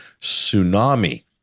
tsunami